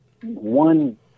one